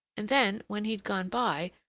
and then, when he'd gone by,